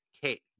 Kate